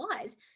lives